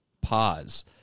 pause